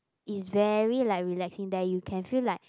is very like relaxing there you can feel like